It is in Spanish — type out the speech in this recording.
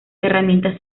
herramientas